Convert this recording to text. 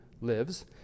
lives